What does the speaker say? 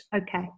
okay